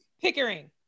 Pickering